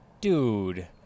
Dude